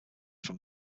from